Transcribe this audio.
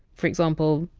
for example!